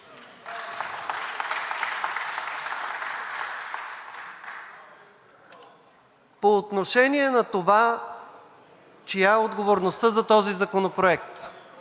По отношение на това чия е отговорността за този законопроект?